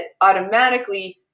automatically